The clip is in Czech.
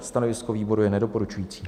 Stanovisko výboru je nedoporučující.